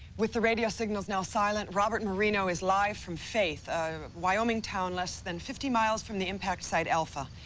with the radio signals now silent robert marino is live from faith a wyoming town less than fifty miles from the impact site alpha.